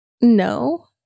No